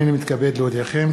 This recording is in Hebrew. הנני מתכבד להודיעכם,